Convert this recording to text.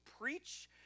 preach